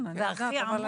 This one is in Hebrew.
הכי עמוק